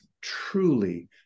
truly